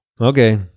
Okay